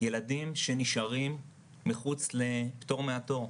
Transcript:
ילדים שנשארים מחוץ לפטור מהתור.